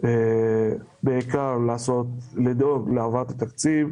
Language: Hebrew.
בעיקר לדאוג להעברת התקציב,